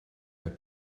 der